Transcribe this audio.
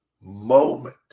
moment